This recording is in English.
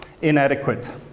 inadequate